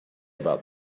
about